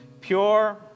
Pure